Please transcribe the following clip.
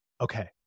Okay